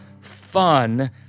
fun